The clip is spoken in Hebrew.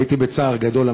הייתי בצער גדול.